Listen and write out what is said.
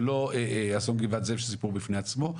זה לא אסון גבעת זאב שזה סיפור בפני עצמו.